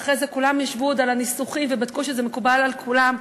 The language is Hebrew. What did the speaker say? ואחרי זה כולם ישבו עוד על הניסוחים ובדקו שזה מקובל על כולם,